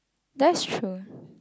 that's true